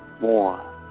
more